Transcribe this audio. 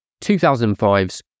2005's